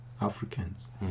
Africans